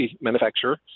manufacturer